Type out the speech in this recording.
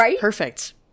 perfect